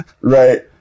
right